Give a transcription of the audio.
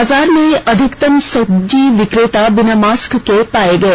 बाजार में अधिकतम सब्जी बिक्रेता बिना मास्क के पाए गए